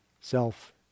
self